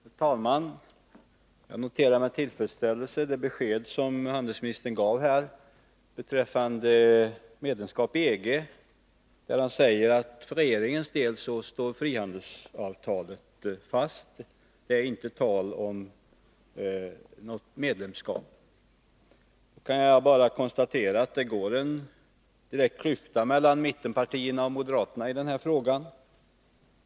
Herr talman! Jag noterar med tillfredsställelse det besked som handelsministern gav här beträffande medlemskap i EG, nämligen att frihandelsavtalet för regeringens del står fast och att det inom den inte är tal om något medlemskap. Då kan jag bara konstatera att det går en tydlig klyfta mellan mittenpartierna och moderaterna i denna fråga.